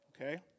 okay